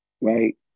right